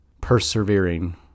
persevering